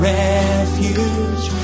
refuge